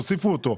תוסיפו אותו.